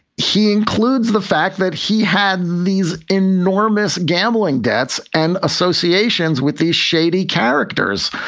he includes the fact that he had these enormous gambling debts and associations with these shady characters.